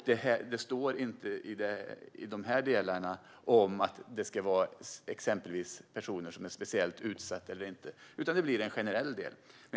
Det står ingenting i dessa delar om att det till exempel ska röra sig om personer som är speciellt utsatta, utan det blir en generell regel.